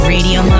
Radio